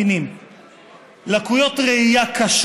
חברים,